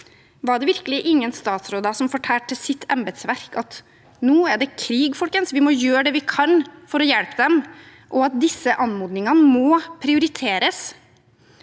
Var det virkelig ingen statsråder som fortalte sitt embetsverk at nå er det krig, folkens – vi må gjøre det vi kan for å hjelpe dem, og disse anmodningene må prioriteres?